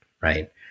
right